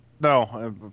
No